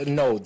no